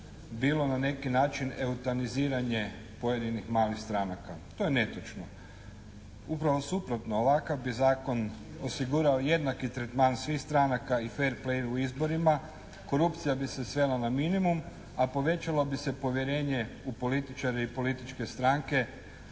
bilo na neki način eutaniziranje pojedinih malih stranaka. To je netočno. Upravo suprotno. Ovakav bi zakon osigurao jednaki tretman svih stranaka i fer play u izborima. Korupcija bi se svela na minimum, a povećalo bi se povjerenje u političare i političke stranke